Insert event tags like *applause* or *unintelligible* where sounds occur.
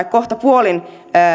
*unintelligible* kohtapuolin